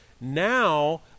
now